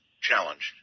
challenged